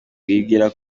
wibwira